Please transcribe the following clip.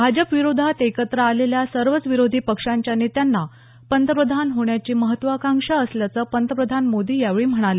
भाजप विरोधात एकत्र आलेल्या सर्वच विरोधी पक्षांच्या नेत्यांना पंतप्रधान होण्याची महत्वकांक्षा असल्याचं पंतप्रधान मोदी यावेळी म्हणाले